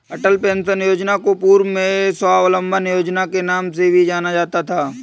अटल pension योजना को पूर्व में स्वाबलंबन योजना के नाम से भी जाना जाता था